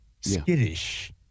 skittish